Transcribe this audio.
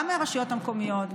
גם מהרשויות המקומיות,